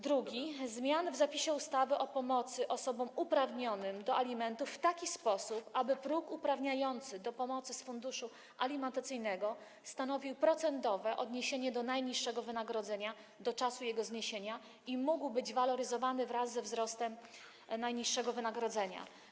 Drugi to postulat dokonania zmian w zapisie ustawy o pomocy osobom uprawnionym do alimentów w taki sposób, aby próg uprawniający do pomocy z funduszu alimentacyjnego stanowił procentowe odniesienie do najniższego wynagrodzenia do czasu jego zniesienia i mógł być waloryzowany wraz ze wzrostem najniższego wynagrodzenia.